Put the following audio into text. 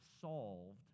solved